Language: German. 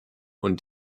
und